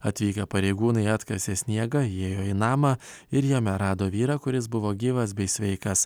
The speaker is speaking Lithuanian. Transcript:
atvykę pareigūnai atkasė sniegą įėjo į namą ir jame rado vyrą kuris buvo gyvas bei sveikas